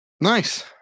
Nice